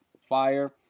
fire